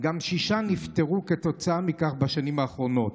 שישה נפטרו כתוצאה מכך בשנים האחרונות.